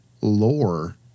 lore